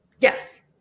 Yes